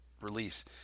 release